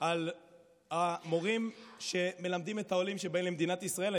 על המורים שמלמדים את העולים שבאים למדינת ישראל.